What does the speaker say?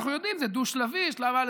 אנחנו יודעים שזה דו-שלבי: שלב א.